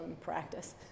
practice